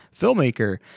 filmmaker